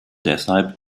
deshalb